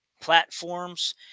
platforms